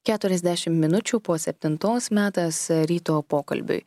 keturiasdešimt minučių po septintos metas ryto pokalbiui